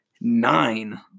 nine